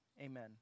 Amen